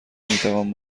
میتوان